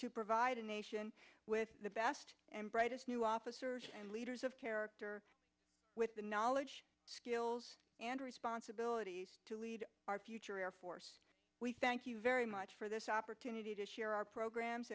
to provide a nation with the best and brightest new officers and leaders of character with the knowledge skills and responsibilities to lead our future air force we thank you very much for this opportunity to share our programs